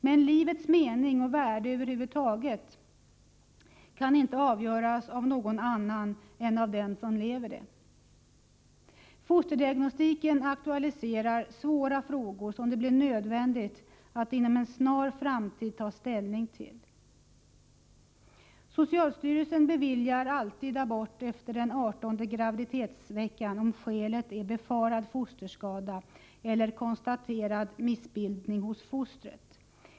Men livets mening och värde över huvud taget kan inte avgöras av någon annan än av den som lever det. Fosterdiagnostiken aktualiserar svåra frågor som det blir nödvändigt att inom en snar framtid ta ställning till. Socialstyrelsen beviljar alltid abort efter den 18:e graviditetsveckan om skälet är befarad fosterskada eller konstaterad missbildning hos fostret.